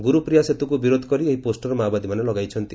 ଗୁରୁପ୍ରିୟା ସେତୁକୁ ବିରୋଧ କରି ଏହି ପୋଷର ମାଓବାଦୀମାନେ ଲଗାଇଛନ୍ତି